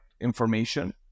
information